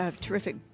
terrific